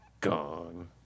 Gong